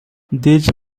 these